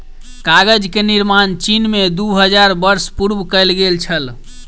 कागज के निर्माण चीन में दू हजार वर्ष पूर्व कएल गेल छल